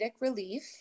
relief